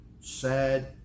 sad